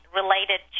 related